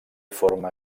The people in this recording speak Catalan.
forma